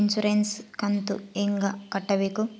Insurance ಕಂತು ಹೆಂಗ ಕಟ್ಟಬೇಕು?